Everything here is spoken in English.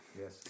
Yes